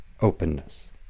openness